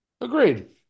Agreed